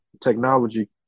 technology